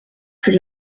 plus